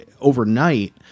overnight